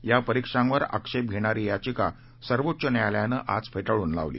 या परीक्षांवर आक्षेप घेणारी याचिका सर्वोच्च न्यायालयानं आज फेटाळून लावली